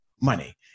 money